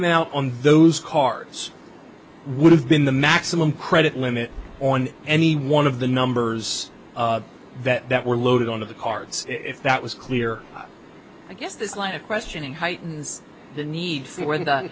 amount on those cars would have been the maximum credit limit on any one of the numbers that were loaded on of the cards if that was clear i guess this line of questioning heightens the need for the